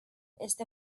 este